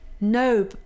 no